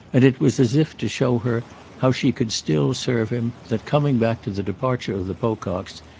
and it was as if to show her how she could still serve him that, coming back to the departure of the pococks,